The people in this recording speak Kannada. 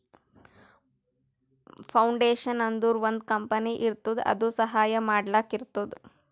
ಫೌಂಡೇಶನ್ ಅಂದುರ್ ಒಂದ್ ಕಂಪನಿ ಇರ್ತುದ್ ಅದು ಸಹಾಯ ಮಾಡ್ಲಕ್ ಇರ್ತುದ್